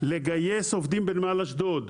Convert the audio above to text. לגייס עובדים בנמל אשדוד.